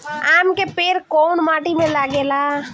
आम के पेड़ कोउन माटी में लागे ला?